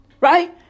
Right